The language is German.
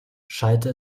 schallte